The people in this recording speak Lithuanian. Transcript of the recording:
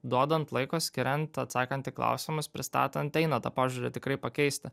duodant laiko skiriant atsakant į klausimus pristatant eina tą požiūrį tikrai pakeisti